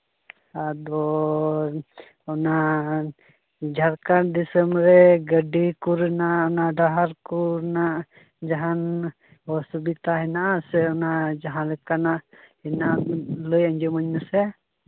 ᱟᱫᱚ ᱚᱱᱟ ᱡᱷᱟᱲᱠᱷᱚᱸᱰ ᱫᱤᱥᱚᱢᱨᱮᱱᱟᱜ ᱜᱟᱹᱰᱤ ᱠᱚᱨᱮᱱᱟᱜ ᱚᱱᱟ ᱰᱟᱦᱟᱨ ᱠᱚ ᱨᱮᱱᱟᱜ ᱡᱟᱦᱟᱱ ᱚᱥᱩᱵᱤᱫᱟ ᱢᱮᱱᱟᱜᱼᱟ ᱥᱮ ᱚᱱᱟ ᱡᱟᱦᱟᱸ ᱞᱮᱠᱟᱱᱟᱜ ᱦᱮᱱᱟᱜᱼᱟ ᱞᱟᱹᱭ ᱟᱸᱡᱚᱢᱤᱧ ᱢᱮᱥᱮ